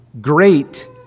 great